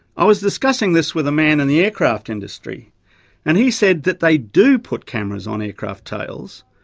i was discussing this with a man in the aircraft industry and he said that they do put cameras on aircraft tails,